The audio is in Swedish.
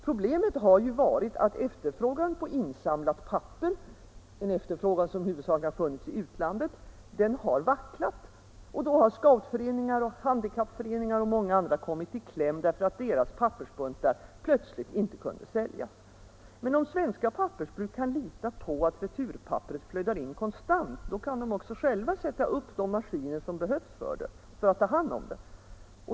Problemet har ju varit att efterfrågan på insamlat papper — en efterfrågan som huvudsakligen har funnits i utlandet — har vacklat och då har scoutföreningar, handikappföreningar och många andra kommit i kläm, därför att deras pappersbuntar inte kunde säljas. Men om svenska pappersbruk kan lita på att returpapperet flödar in konstant, kan de också själva sätta upp maskiner som tar hand om det.